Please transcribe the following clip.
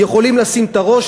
יכולים לשים את הראש,